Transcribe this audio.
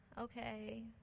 okay